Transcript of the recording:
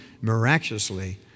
miraculously